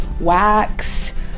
wax